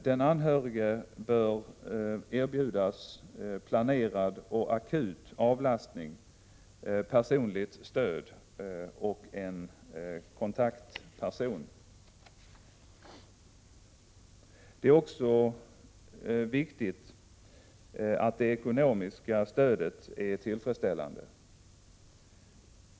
Den anhörige bör erbjudas planerad och akut avlastning, personligt stöd och en kontaktperson. Det är också viktigt att det ekonomiska stödet är tillfredsställande.